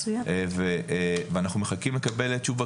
ואנחנו מחכים לתשובה.